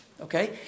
Okay